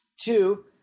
Two